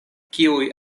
kiuj